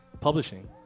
publishing